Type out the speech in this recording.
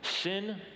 Sin